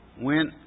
went